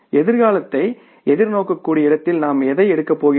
எதிர்காலத்தை எதிர்நோக்கக்கூடிய இடத்தில் நாம் எதை எடுக்கப் போகிறோம்